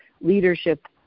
leadership